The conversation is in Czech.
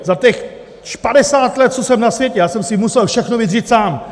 Za těch padesát let, co jsem na světě, já jsem si musel všechno vydřít sám.